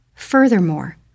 Furthermore